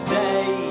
day